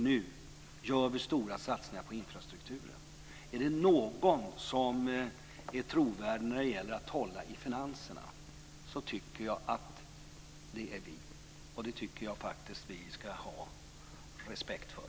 Nu gör vi stora satsningar på infrastrukturen. Är det någon som är trovärdig när det gäller att hålla i finanserna är det vi. Det tycker jag faktiskt att vi ska få respekt för.